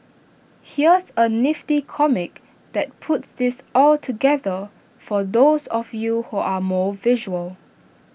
here's A nifty comic that puts this all together for those of you who are more visual